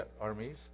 armies